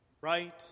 right